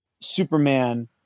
Superman